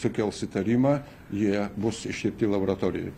sukels įtarimą jie bus ištirti laboratorijoj